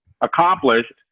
accomplished